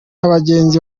abagenzi